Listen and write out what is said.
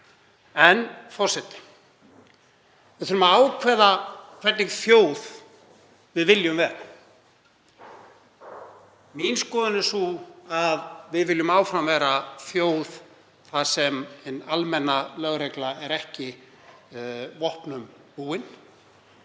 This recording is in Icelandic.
mál. Forseti. Við þurfum að ákveða hvernig þjóð við viljum vera. Mín skoðun er sú að við viljum áfram vera þjóð þar sem hin almenna lögregla er ekki vopnum búin.